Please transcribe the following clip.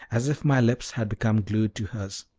as if my lips had become glued to hers.